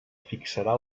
fixarà